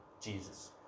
Jesus